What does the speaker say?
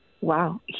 Wow